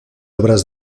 obras